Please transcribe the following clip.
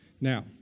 Now